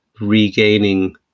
regaining